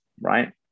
right